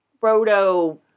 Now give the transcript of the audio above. proto